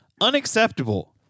unacceptable